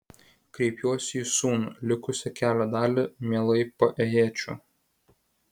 kreipiuosi į sūnų likusią kelio dalį mielai paėjėčiau